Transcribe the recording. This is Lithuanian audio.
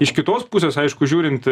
iš kitos pusės aišku žiūrint